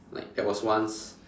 like there was once